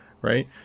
right